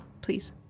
Please